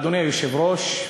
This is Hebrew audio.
אדוני היושב-ראש,